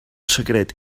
secret